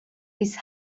bis